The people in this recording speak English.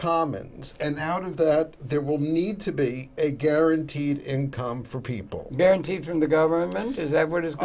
commons and out of that there will need to be a guaranteed income for people guaranteed from the government is that what is